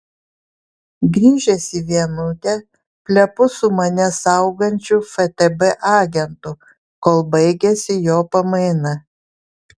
grįžęs į vienutę plepu su mane saugančiu ftb agentu kol baigiasi jo pamaina